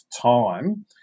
time